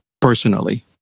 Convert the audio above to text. Personally